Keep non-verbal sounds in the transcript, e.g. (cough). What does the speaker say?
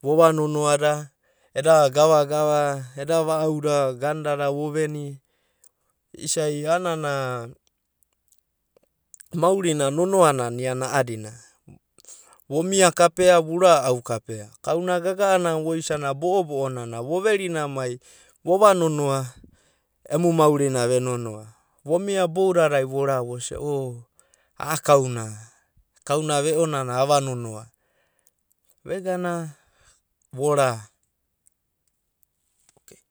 vova nonoada, eda gava gava, eda va'auda (hesitation) voveni, isa'i a'anana maurina nonoa nana a'adina. Vumia kapea, vu ra'au kapea, kauna gaga'ana na voisana bo'obo'o nana voverina mai vova nonoa emu maurina ve nonoa. Vomia bouda vora vosia o a'a kauna ve'onana ava nonoa, vora ea.